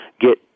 get